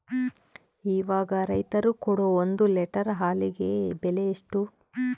ಇವಾಗ ರೈತರು ಕೊಡೊ ಒಂದು ಲೇಟರ್ ಹಾಲಿಗೆ ಬೆಲೆ ಎಷ್ಟು?